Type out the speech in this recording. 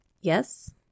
Yes